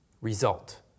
result